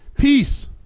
Peace